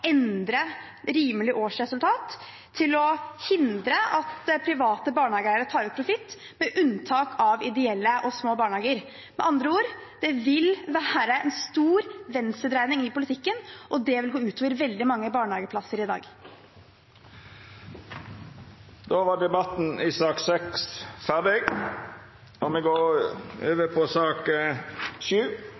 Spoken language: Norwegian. endre «rimelig årsresultat» til å hindre at private barnehageeiere tar ut profitt, med unntak av ideelle og små barnehager. Med andre ord: Det vil være en stor venstredreining i politikken, og det vil gå ut over veldig mange barnehageplasser i dag. Fleire har ikkje bedt om ordet til sak nr. 6. Etter ønske frå helse- og